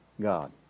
God